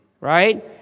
right